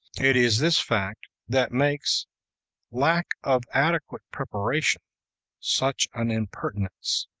it is this fact that makes lack of adequate preparation such an impertinence.